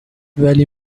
ولی